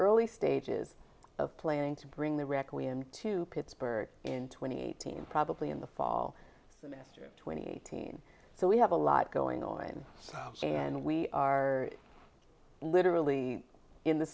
early stages of planning to bring the requiem to pittsburgh in twenty eight teams probably in the fall semester twenty teen so we have a lot going on and we are literally in the